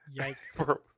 Yikes